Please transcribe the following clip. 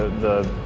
the